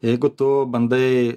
jeigu tu bandai